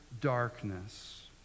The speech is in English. darkness